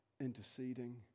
interceding